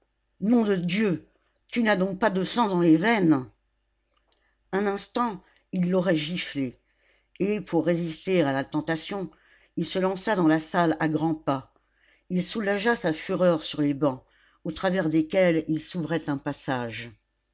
nom de dieu tu n'as donc pas de sang dans les veines un instant il l'aurait giflé et pour résister à la tentation il se lança dans la salle à grands pas il soulagea sa fureur sur les bancs au travers desquels il s'ouvrait un passage